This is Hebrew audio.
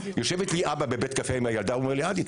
יושב אבא בבית קפה עם הילדה ואומר לי: עדי,